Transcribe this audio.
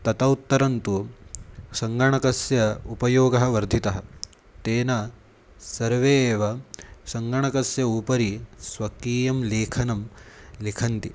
तत् उत्तरं तु सङ्गणकस्य उपयोगः वर्धितः तेन सर्वे एव सङ्गणकस्य उपरि स्वकीयं लेखनं लिखन्ति